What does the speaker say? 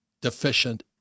deficient